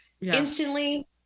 Instantly